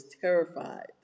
terrified